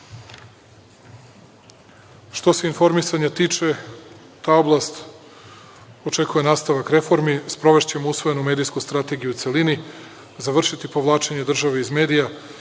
se informisanja tiče, ta oblast očekuje nastavak reformi. Sprovešćemo usvojenu medijsku strategiju u celini, završiti povlačenje države iz medija,